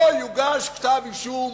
לא יוגש כתב-אישום